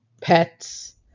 pets